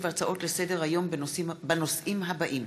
ודיונים בהצעות לסדר-היום בנושאים אלו: